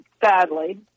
sadly